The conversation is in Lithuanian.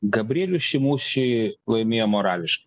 gabrielius šį mūšį laimėjo morališkai